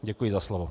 Děkuji za slovo.